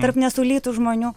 tarp nesulytų žmonių